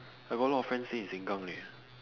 I got a lot friends stay in Sengkang leh